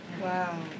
Wow